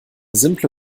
simple